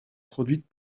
produite